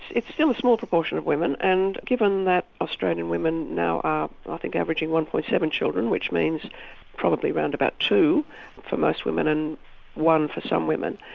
it's still a small proportion of women and given that australian women now are think averaging one. seven children, which means probably around about two for most women and one for some women,